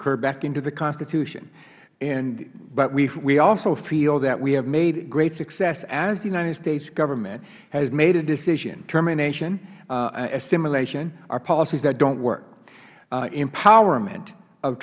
curved back into the constitution but we also feel that we have made great success as the united states government has made a decision termination assimilation are policies that don't work empowerment of